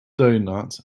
doughnut